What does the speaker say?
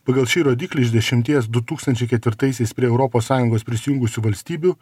pagal šį rodiklį iš dešimties du tūkstančiai ketvirtaisiais prie europos sąjungos prisijungusių valstybių